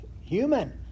human